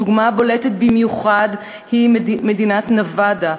דוגמה בולטת במיוחד היא מדינת נבאדה,